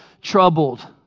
troubled